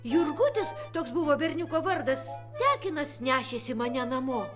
jurgutis toks buvo berniuko vardas tekinas nešėsi mane namo